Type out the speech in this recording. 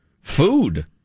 food